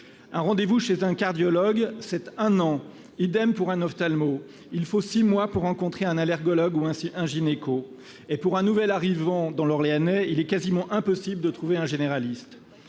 Un rendez-vous chez un cardiologue, c'est un an ; pour consulter un ophtalmo. Il faut six mois pour rencontrer un allergologue ou un gynécologue, et, pour un nouvel arrivant dans l'Orléanais, il est quasiment impossible de trouver un généraliste.